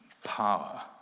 Power